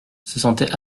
sentaient